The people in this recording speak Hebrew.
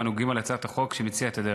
ואנו גאים על הצעת החוק שמציעה את הדרך.